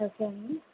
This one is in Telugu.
చెప్పండి